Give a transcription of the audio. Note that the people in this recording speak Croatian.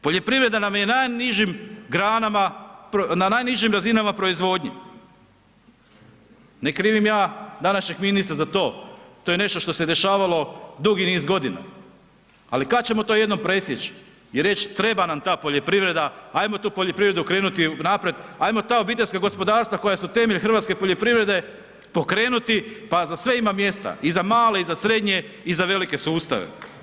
Poljoprivreda nam je na najnižim granama, na najnižim razinama proizvodnje, ne krivim današnjeg ministra za to, to je nešto što se dešavalo dugi niz godina, ali kad ćemo to jednom presjeći i reći treba nam ta poljoprivreda ajmo tu poljoprivredu krenuti naprijed, ajmo ta obiteljska gospodarstva koja su temelj hrvatske poljoprivrede pokrenuti pa za sve ima mjesta i za male i za srednje i za velike sustave.